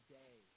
day